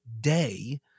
day